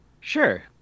Sure